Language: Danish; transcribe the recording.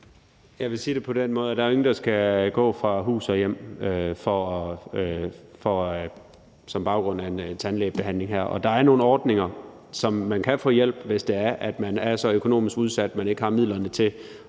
Jeg vil sige det på den måde, at der jo ikke er nogen, der skal gå fra hus og hjem på baggrund af sådan en tandlægebehandling her. Der er nogle ordninger, hvor man kan få hjælp, hvis man er så økonomisk udsat, at man ikke har midlerne til